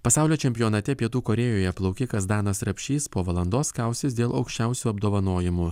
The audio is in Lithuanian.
pasaulio čempionate pietų korėjoje plaukikas danas rapšys po valandos kausis dėl aukščiausių apdovanojimų